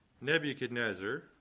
Nebuchadnezzar